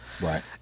Right